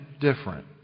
different